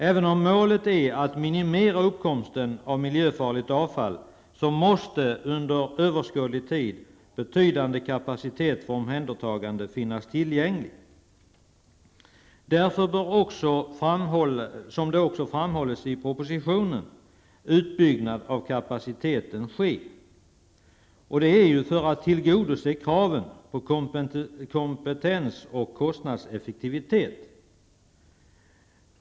Även om målet är att minimera uppkomsten av miljöfarligt avfall måste betydande kapacitet för omhändertagande under överskådlig tid finnas tillgänglig. Därför bör också, som framhålls i propositionen, en utbyggnad av kapaciteten ske för att tillgodose kraven på kompetens och kostnadseffektivitet.